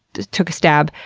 just took a stab.